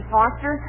Foster